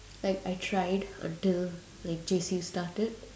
like I tried like until like J_C started